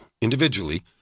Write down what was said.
individually